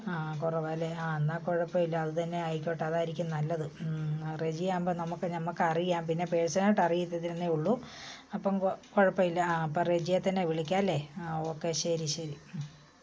ആ കുറവാണല്ലേ ആ എന്നാൽ കുഴപ്പമില്ല അതുതന്നെ ആയിക്കോട്ടെ അതായിരിക്കും നല്ലത് റെജിയാകുമ്പോൾ നമുക്ക് ഞമ്മക്ക് അറിയാം പിന്നെ പേഴ്സൺ ആയിട്ട് അറിയില്ലെന്നേ ഉള്ളൂ അപ്പം കുഴപ്പമില്ല ആ അപ്പം റെജിയെ തന്നെ വിളിക്കാമല്ലേ ആ ഓക്കേ ശരി ശരി